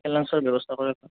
packet লাঞ্চৰ ব্যৱস্থা কৰা